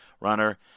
Runner